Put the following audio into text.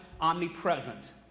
omnipresent